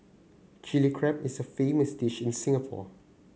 Chilli Crab is a famous dish in Singapore